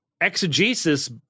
exegesis